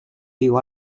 byw